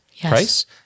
price